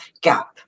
gap